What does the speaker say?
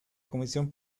comisión